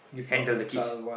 handle the kids